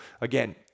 again